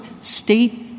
state